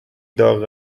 داغ